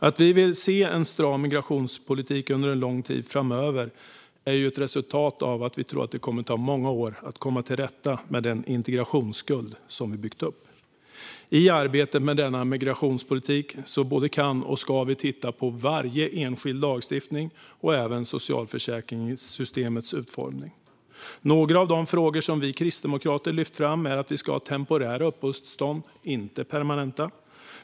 Att vi vill se en stram migrationspolitik under en lång tid framöver beror på att vi tror att det kommer att ta många år att komma till rätta med den integrationsskuld som vi byggt upp. I arbetet med denna migrationspolitik både kan och ska vi titta på varje enskild lagstiftning och även på socialförsäkringssystemets utformning. Några frågor som vi kristdemokrater har lyft fram är: Vi ska ha temporära uppehållstillstånd, inte permanenta.